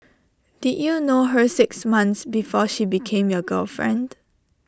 did you know her six months before she became your girlfriend